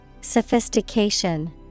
Sophistication